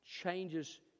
changes